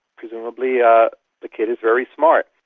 presumably ah the kid is very smart,